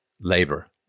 labor